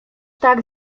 tak